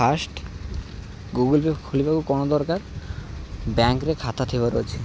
first Google Pay ଖୋଲିବାକୁ କ'ଣ ଦରକାର ବ୍ୟାଙ୍କ୍ରେ ଖାତା ଥିବାରୁ ଅଛି